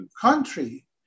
country